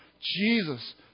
Jesus